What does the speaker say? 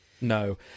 No